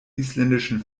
isländischen